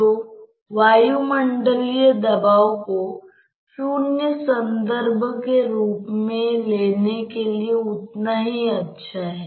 तो अगर कुछ स्लिप है तो यह वेग है